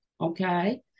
Okay